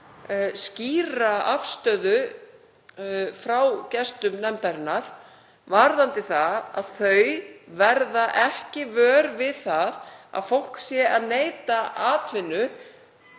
skýra afstöðu frá gestum nefndarinnar varðandi það að þau verða ekki vör við að fólk sé að neita atvinnu